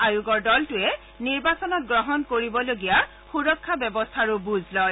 আয়োগৰ দলটোৱে নিৰ্বাচনত গ্ৰহণ কৰিবলগীয়া নিৰাপত্তা ব্যৱস্থাৰো বুজ লয়